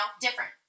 different